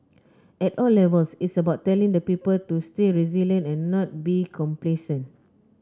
at all levels it's about telling the people to stay resilient and not be complacent